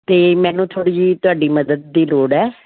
ਅਤੇ ਮੈਨੂੰ ਥੋੜ੍ਹੀ ਜਿਹੀ ਤੁਹਾਡੀ ਮਦਦ ਦੀ ਲੋੜ ਹੈ